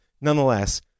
Nonetheless